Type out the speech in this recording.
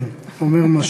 כן, זה אומר משהו.